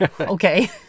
Okay